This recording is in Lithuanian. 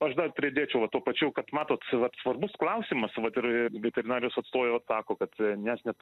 aš dar pridėčiau va tuo pačiu kad matot vat svarbus klausimas vat ir veterinarijos atstovė vat sako kad nes net